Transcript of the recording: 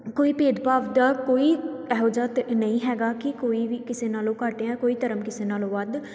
ਕੋਈ ਭੇਦਭਾਵ ਦਾ ਕੋਈ ਇਹੋ ਜਿਹਾ ਧ ਨਹੀਂ ਹੈਗਾ ਕਿ ਕੋਈ ਵੀ ਕਿਸੇ ਨਾਲੋਂ ਘੱਟ ਜਾਂ ਕੋਈ ਧਰਮ ਕਿਸੇ ਨਾਲੋਂ ਵੱਧ